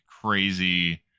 crazy